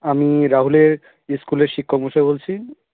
আমি রাহুলের স্কুলের শিক্ষক মশাই বলছি